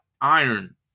iron